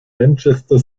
manchester